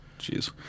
Jeez